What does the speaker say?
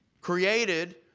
created